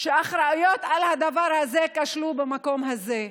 שאחראיות לדבר הזה כשלו במקום הזה.